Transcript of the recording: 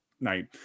night